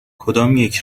کدامیک